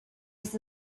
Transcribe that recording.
was